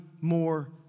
more